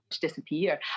disappear